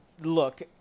Look